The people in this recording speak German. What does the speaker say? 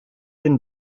den